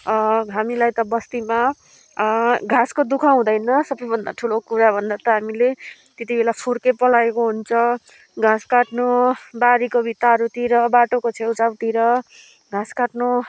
हामीलाई त बस्तीमा घाँसको दु ख हुँदैन सबै भन्दा ठुलो कुरा भन्दा त हामीले त्यति बेला फुर्के पलाएको हुन्छ घाँस काट्नु बारीको भित्ताहरूतिर बाटोको छेउछाउतिर घाँस काट्नु